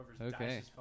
Okay